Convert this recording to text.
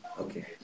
okay